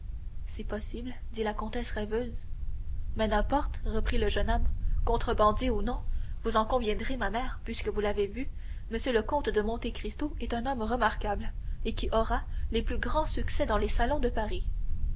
c'est possible dit la comtesse rêveuse mais n'importe reprit le jeune homme contrebandier ou non vous en conviendrez ma mère puisque vous l'avez vu m le comte de monte cristo est un homme remarquable et qui aura les plus grands succès dans les salons de paris